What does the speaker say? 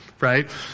right